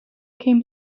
came